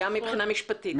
גם מבחינה משפטית.